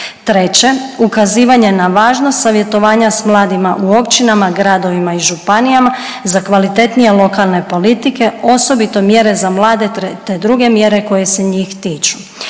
Treće, ukazivanje na važnost savjetovanja s mladima u općinama, gradovima i županijama za kvalitetnije lokalne politike, osobito mjere za mlade te druge mjere koje se njih tiču.